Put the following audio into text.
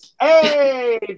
hey